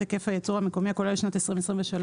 היקף הייצור המקומי הכולל לשנת 2023,